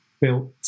built